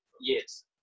Yes